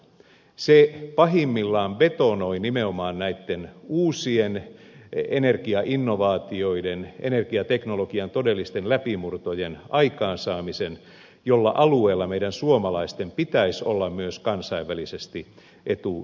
se pahimmillaan betonoi nimenomaan näitten uusien energiainnovaatioiden energiateknologian todellisten läpimurtojen aikaansaamisen jolla alueella meidän suomalaisten pitäisi olla myös kansainvälisesti etulinjassa